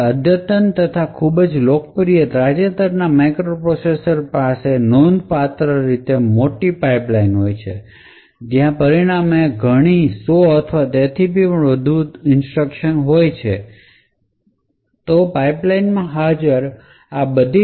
હવે અદ્યતન અથવા ખૂબ જ લોકપ્રિય તાજેતરના માઇક્રોપ્રોસેસર પાસે નોંધપાત્ર મોટી પાઇપલાઇન હોય છે અને પરિણામે ત્યાં ઘણી સો અથવા તેથી ઇન્સટ્રકશન હશે જે પાઇપલાઇનમાં હાજર હોઈ શકે